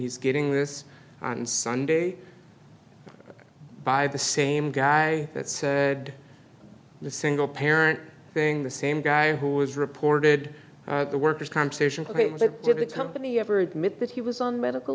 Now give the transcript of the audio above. he's getting this on sunday by the same guy that said the single parent thing the same guy who was reported the worker's compensation claim to the company ever admit that he was on medical